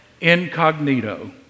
incognito